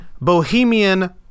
bohemian